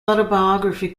autobiography